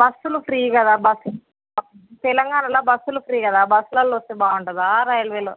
బస్సులు ఫ్రీ కదా బస్సు తెలంగాణలో బస్సులు ఫ్రీ కదా బస్సులలో వస్తే బాగుంటుందా రైల్వేలో